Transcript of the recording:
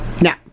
Now